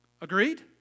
Agreed